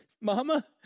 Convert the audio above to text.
Mama